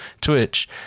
Twitch